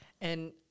And-